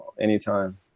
anytime